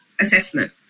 assessment